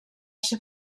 ser